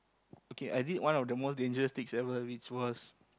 okay I did one of the most dangerous things ever which was